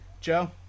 Joe